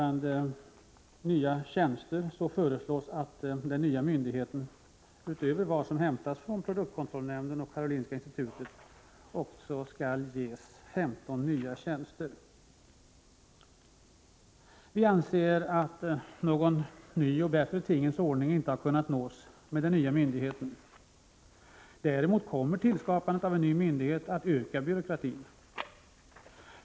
Det föreslås att den nya myndigheten utöver resurserna från produktkontrollnämnden och Karolinska institutet skall tillföras 15 nya tjänster. Vi anser att någon ny, bättre tingens ordning inte nås med den nya myndigheten. Däremot kommer tillskapandet av en ny myndighet att öka byråkratin.